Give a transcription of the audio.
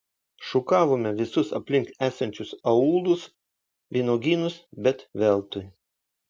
šukavome visus aplink esančius aūlus vynuogynus bet veltui